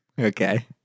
Okay